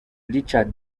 richard